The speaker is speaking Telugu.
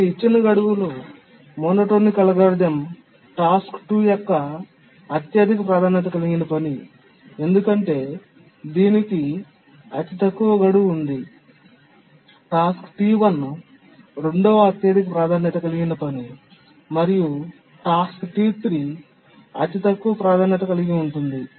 కానీఇచ్చిన గడువులో మోనోటోనిక్ అల్గోరిథం టాస్క్ T2 అత్యధిక ప్రాధాన్యత కలిగిన పని ఎందుకంటే దీనికి అతి తక్కువ గడువు ఉంది టాస్క్ T1 రెండవ అత్యధిక ప్రాధాన్యత కలిగిన పని మరియు టాస్క్ T3 అతి తక్కువ ప్రాధాన్యత కలిగి ఉంటుంది